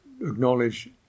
acknowledge